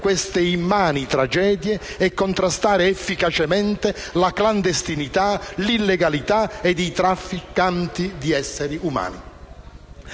queste immani tragedie e contrastare efficacemente la clandestinità, l'illegalità e i trafficanti di esseri umani.